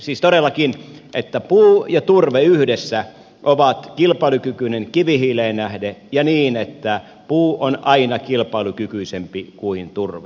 siis todellakin että puu ja turve yhdessä ovat kilpailukykyiset kivihiileen nähden ja että puu on aina kilpailukykyisempi kuin turve